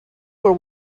were